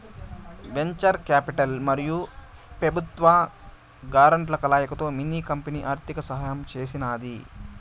venture capital మరియు పెబుత్వ గ్రాంట్ల కలయికతో మిన్ని కంపెనీ ఆర్థిక సహాయం చేసినాది